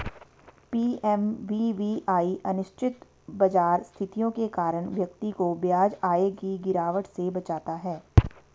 PMVVY अनिश्चित बाजार स्थितियों के कारण व्यक्ति को ब्याज आय की गिरावट से बचाता है